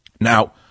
Now